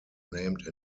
named